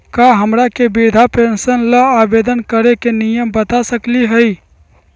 का हमरा के वृद्धा पेंसन ल आवेदन करे के नियम बता सकली हई?